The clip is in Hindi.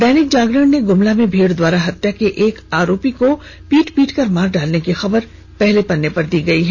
दैनिक जागरण ने गुमला में भीड़ द्वारा हत्या के एक आरोपी को पीट पीटकर मार डालने की खबर को पहले पन्ने जगह दी है